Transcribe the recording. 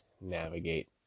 navigate